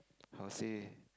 how say